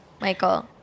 Michael